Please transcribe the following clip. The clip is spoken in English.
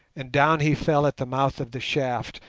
and down he fell at the mouth of the shaft,